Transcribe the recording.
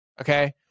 Okay